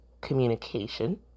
communication